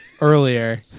earlier